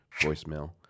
voicemail